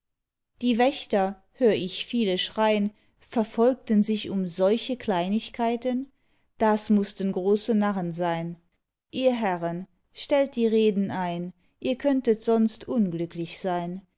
die wächter hör ich viele schrein verfolgten sich um solche kleinigkeiten das mußten große narren sein ihr herren stellt die reden ein ihr könntet sonst unglücklich sein